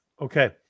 Okay